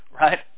right